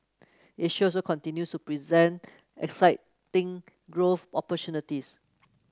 Asia also continues to present exciting growth